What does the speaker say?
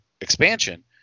expansion